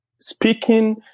speaking